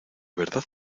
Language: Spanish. verdad